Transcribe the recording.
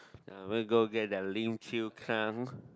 we go get that Lim-Chu-Kang